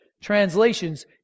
translations